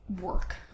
work